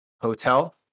hotel